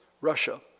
Russia